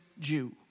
Jew